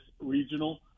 regional